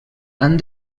han